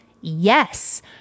yes